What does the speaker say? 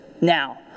Now